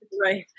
right